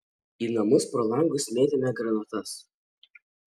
į namus pro langus mėtėme granatas